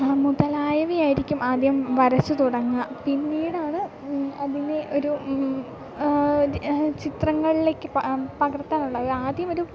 മുതലായവയായിരിക്കും ആദ്യം വരച്ചു തുടങ്ങുക പിന്നീടാണ് അതിനെ ഒരു ചിത്രങ്ങളിലേക്ക് പ പകർത്താനുള്ള ആദ്യമൊരു